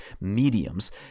mediums